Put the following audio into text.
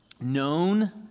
known